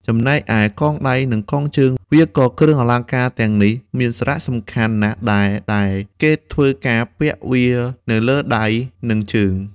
ចំណែកឯកងដៃនិងកងជើងវាក៏គ្រឿងអលង្ការទាំងនេះមានសារៈសំខាន់ណាស់ដែរ ដែលគេធ្វើការពាក់វានៅលើដៃ និងជើង។